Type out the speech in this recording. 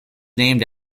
named